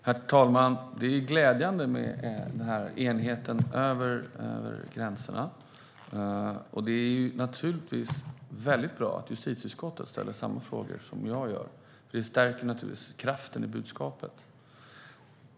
Herr talman! Det är glädjande med enigheten över gränserna. Det är väldigt bra att justitieutskottet ställer samma frågor som jag gör. Det stärker naturligtvis kraften i budskapet.